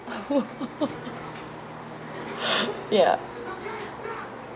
ya